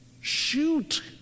Shoot